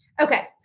Okay